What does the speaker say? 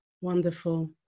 Wonderful